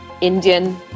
Indian